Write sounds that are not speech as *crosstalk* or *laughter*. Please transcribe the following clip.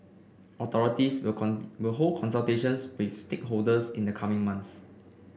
authorities will *unintelligible* will hold consultations with stakeholders in the coming months